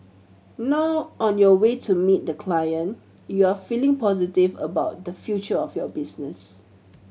now on your way to meet the client you are feeling positive about the future of your business